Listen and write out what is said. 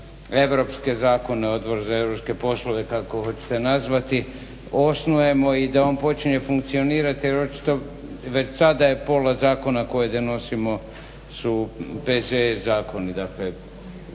europske zakone, odbor za europske poslove, kako hoćete nazvati, osnujemo i da on počne funkcionirati jer očito već sada je pola zakona koje donosimo su PZE zakoni, dakle